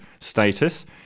status